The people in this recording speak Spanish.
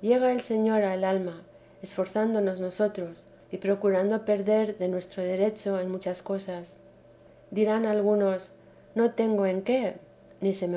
llega el señor al alma esforzándonos nosotros y procurando perder de nuestro derecho en muchas cosas dirán algunos no tengo en qué ni